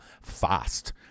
fast